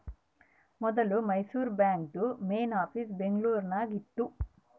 ಮೊದ್ಲು ಮೈಸೂರು ಬಾಂಕ್ದು main office Bengaluru ದಾಗ ಇತ್ತು